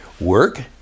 Work